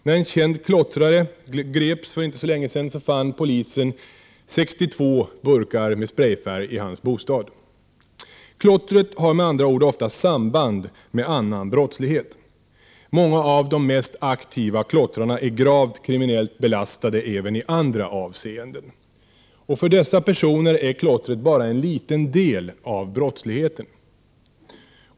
När en känd klottrare greps för inte så länge sedan fann polisen 62 burkar med sprejfärg i hans bostad. Klottret har med andra ord ofta samband med annan brottslighet. Många av de mest aktiva klottrarna är gravt kriminellt belastade även i andra avseenden. För dessa personer är klottret bara en liten del av brottsligheten.